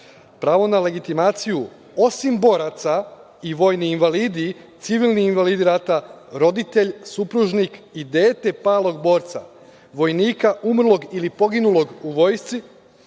pravo na legitimaciju, osim, boraca i vojni invalidi, civilni invalidi rata, roditelj, supružnik i dete palog borca, vojnika umrlog ili poginulog u vojsci,